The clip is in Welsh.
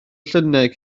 lluniau